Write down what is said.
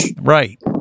Right